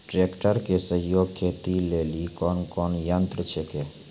Tractor के सहयोगी खेती लेली कोन कोन यंत्र छेकै?